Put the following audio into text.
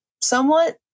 Somewhat